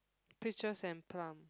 pictures and plant